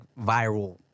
viral